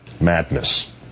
Madness